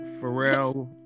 Pharrell